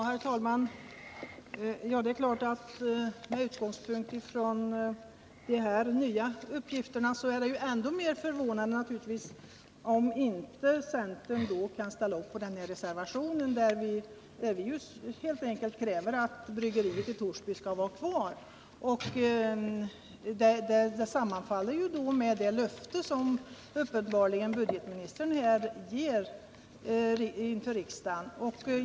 Herr talman! Mot bakgrund av de nya uppgifter som budgetministern lämnade är det ändå mer förvånande om centern inte kan ställa upp på reservationen, där vi helt enkelt kräver att bryggeriet i Torsby skall vara kvar. Kravet i reservationen sammanfaller ju med det löfte som budgetministern här uppenbarligen ger inför riksdagen.